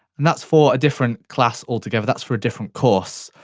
and that's for a different class altogether. that's for a different course.